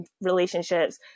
relationships